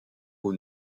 aux